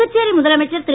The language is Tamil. புதுச்சேரி முதலமைச்சர் திரு